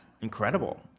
incredible